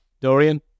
Dorian